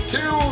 Two